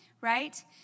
right